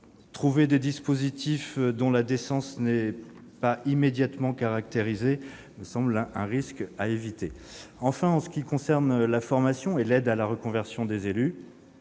trouver des dispositifs dont la décence n'est pas immédiatement caractérisée me semble un risque à éviter. En ce qui concerne la formation et l'aide à la reconversion des élus,